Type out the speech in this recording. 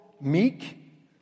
meek